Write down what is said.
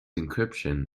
encryption